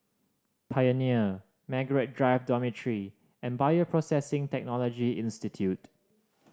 Pioneer Margaret Drive Dormitory and Bioprocessing Technology Institute